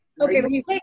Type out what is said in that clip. Okay